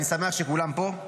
אני שמח שכולם פה,